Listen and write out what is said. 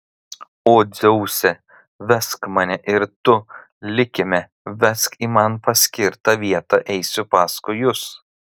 o dzeuse vesk mane ir tu likime vesk į man paskirtą vietą eisiu paskui jus